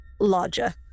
larger